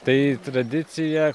tai tradicija